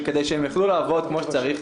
וכדי שהן יוכלו לעבוד כפי שצריך,